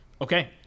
Okay